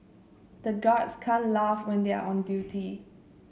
the guards can laugh when they are on duty